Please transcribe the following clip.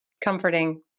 comforting